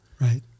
Right